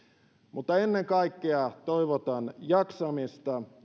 mutta ennen kaikkea toivotan jaksamista